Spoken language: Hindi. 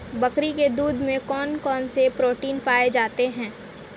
बकरी के दूध में कौन कौनसे प्रोटीन पाए जाते हैं?